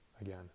again